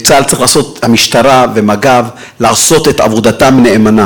אני רוצה להתייחס לנקודה אחת שמקוממת אותי מאוד מאוד באמירות,